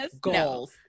goals